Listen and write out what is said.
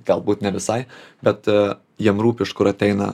galbūt ne visai bet jiem rūpi iš kur ateina